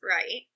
Right